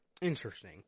interesting